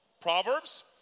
Proverbs